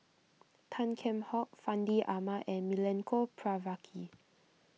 Tan Kheam Hock Fandi Ahmad and Milenko Prvacki